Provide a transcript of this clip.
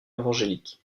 évangélique